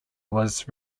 was